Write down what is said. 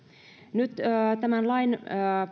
nyt tämän lain